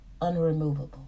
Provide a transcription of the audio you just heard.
unremovable